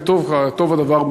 וטוב הדבר,